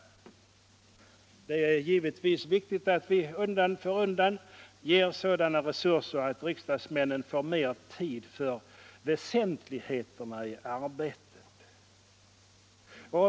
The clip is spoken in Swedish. Det är givetvis viktigt att vi undan för undan skapar sådana resurser att riksdagsmännen får mer tid för väsentligheterna i arbetet.